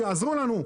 יעזרו לנו.